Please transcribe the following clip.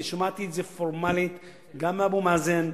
אני שמעתי את זה פורמלית גם מאבו מאזן,